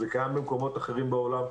זה קיים במקומות אחרים בעולם.